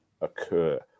occur